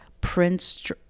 Prince